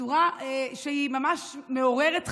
בצורה שהיא ממש מעוררת חלחלה.